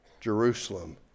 Jerusalem